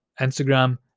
Instagram